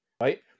right